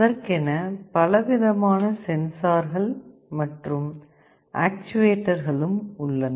அதற்கென பலவிதமான சென்சார்கள் மற்றும் ஆக்ச்சுவேடர்களும் உள்ளன